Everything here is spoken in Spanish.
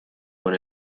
con